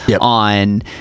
on